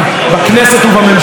מזהירה, כן?